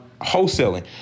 wholesaling